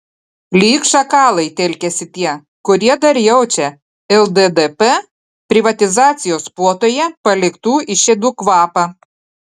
lyg šakalai telkiasi tie kurie dar jaučia lddp privatizacijos puotoje paliktų išėdų kvapą